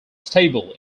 stable